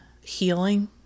healing